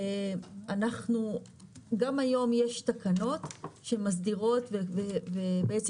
אנחנו גם היום יש תקנות שמסדירות ובעצם